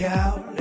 out